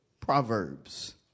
Proverbs